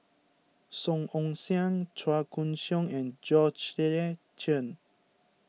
Song Ong Siang Chua Koon Siong and Chen